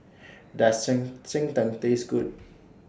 Does Cheng Cheng Tng Taste Good